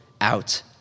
out